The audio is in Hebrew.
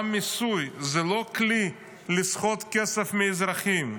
גם מיסוי זה לא כלי לסחוט כסף מהאזרחים.